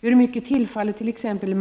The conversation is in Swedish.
Hur mycket tillfaller t.ex. Malmö?